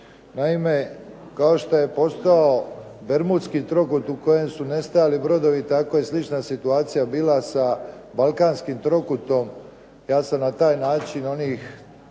Naime, kao što je postao bermudski trokut u kojem su nestajali brodovi tako je slična situacija bila sa balkanskim trokutom. Ja sam na taj način onih